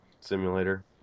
simulator